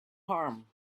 harm